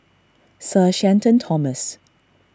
Sir Shenton Thomas